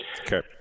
Okay